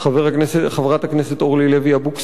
חברת הכנסת אורלי לוי אבקסיס,